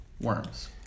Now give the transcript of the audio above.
worms